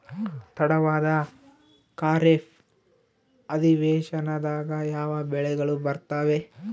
ತಡವಾದ ಖಾರೇಫ್ ಅಧಿವೇಶನದಾಗ ಯಾವ ಬೆಳೆಗಳು ಬರ್ತಾವೆ?